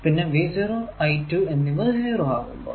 പിന്നെ V0 I2 എന്നിവ 0 ആകുമ്പോൾ